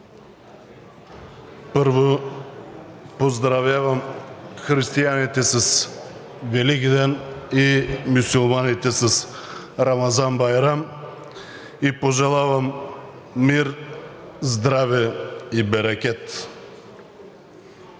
Първо, поздравявам християните с Великден и мюсюлманите с Рамазан Байрам и пожелавам мир, здраве и берекет.